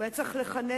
הוא היה צריך לכנס